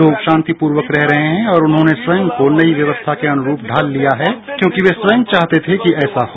लोक शांतिपूर्वक रह रहे हैं और उन्होंने स्वयं को नई व्यवस्था के अनुरूप ढाल लिया है क्योंकि वे स्वयं चाहते थे कि ऐसा हो